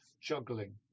juggling